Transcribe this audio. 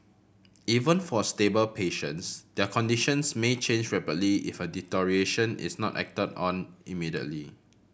even for stable patients their conditions may change rapidly if a deterioration is not acted on immediately